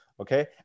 Okay